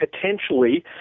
potentially